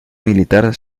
militar